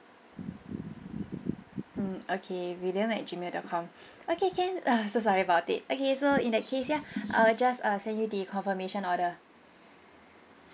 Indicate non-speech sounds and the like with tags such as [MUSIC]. mm okay william at gmail dot com okay can [NOISE] so sorry about it okay so in that case ya I'll just uh send you the confirmation order